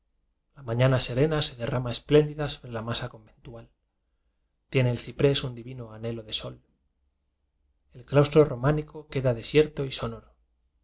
mañana serena se derrama espléndida sobre la masa conventual tiene el ciprés un divino anhelo de sol el claus tro románico queda desierto y sonoro